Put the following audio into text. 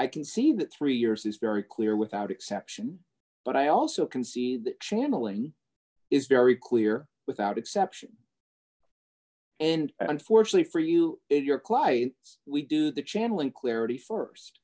i can see that three years is very clear without exception but i also can see that channeling is very clear without exception and unfortunately for you if your clients we do the channeling clarity